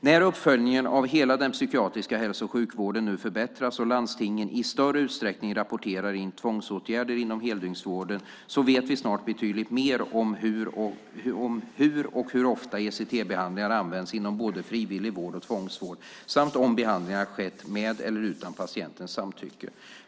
När uppföljningen av hela den psykiatriska hälso och sjukvården nu förbättras och landstingen i större utsträckning rapporterar in tvångsåtgärder inom heldygnsvården vet vi snart betydligt mer om hur och hur ofta ECT-behandlingar används inom både frivillig vård och tvångsvård samt om behandlingen skett med eller utan patientens samtycke.